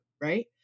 right